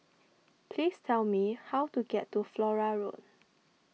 please tell me how to get to Flora Road